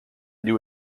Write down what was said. knew